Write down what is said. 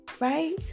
Right